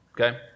Okay